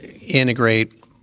integrate